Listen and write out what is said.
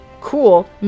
cool